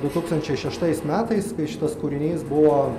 du tūkstančiai šeštais metais kai šitas kūrinys buvo